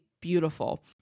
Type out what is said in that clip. beautiful